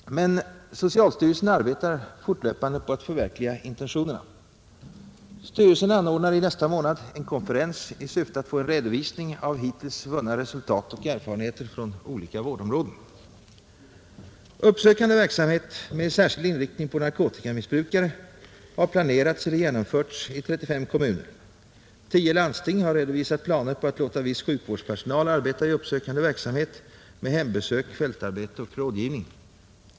Men socialstyrelsen arbetar fortlöpande på att förverkliga intentionerna. Styrelsen anordnar i nästa månad en konferens i syfte att få en redovisning av hittills vunna resultat och erfarenheter från olika vårdområden. Uppsökande verksamhet med särskild inriktning på narkotikamissbrukare har planerats eller genomförts i 35 kommuner. Tio landsting har redovisat planer på att låta viss sjukvårdspersonal arbeta i uppsökande verksamhet med hembesök, fältarbete och rådgivning.